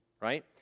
right